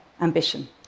ambition